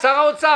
על שר האוצר,